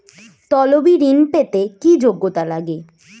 তলবি ঋন পেতে কি যোগ্যতা লাগে?